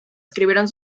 escribieron